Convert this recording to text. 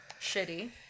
Shitty